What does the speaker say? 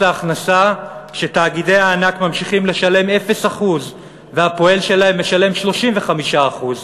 ההכנסה כשתאגידי הענק ממשיכים לשלם 0% והפועל שלהם משלם 35%?